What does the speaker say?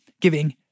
giving